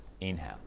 Inhale